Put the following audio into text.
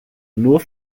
nur